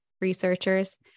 researchers